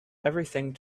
everything